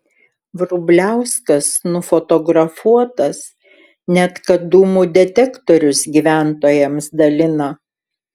vrubliauskas nufotografuotas net kad dūmų detektorius gyventojams dalina